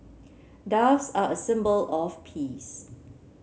doves are a symbol of peace